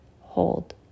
Hold